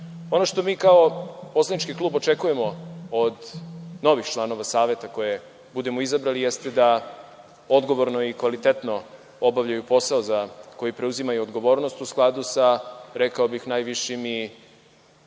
što mi kao poslanički klub očekujemo od novih članova Saveta koje budemo izabrali, jeste da odgovorno i kvalitetno obavljaju posao za koji preuzimaju odgovornost, u skladu sa, rekao bih, najvišim